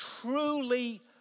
truly